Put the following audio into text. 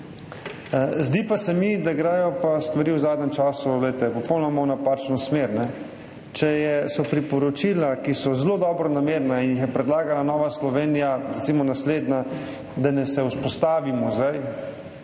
Zdi pa se mi, da gredo stvari v zadnjem času, glejte, popolnoma v napačno smer, če so priporočila, ki so zelo dobronamerna in jih je predlagala Nova Slovenija, recimo naslednja, da naj se vzpostavi muzej,